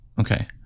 Okay